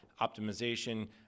optimization